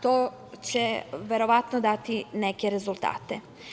To će verovatno dati neke rezultate.